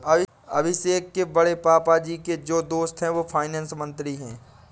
अभिषेक के बड़े पापा जी के जो दोस्त है वो फाइनेंस मंत्री है